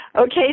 Okay